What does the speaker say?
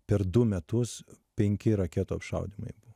per du metus penki raketų apšaudymai buvo